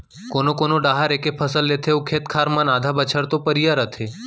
कोनो कोना डाहर एके फसल लेथे अउ खेत खार मन आधा बछर तो परिया रथें